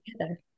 together